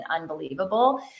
unbelievable